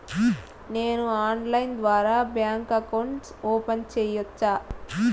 నేను ఆన్లైన్ ద్వారా bank account open సేయొచ్చా?